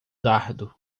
dardo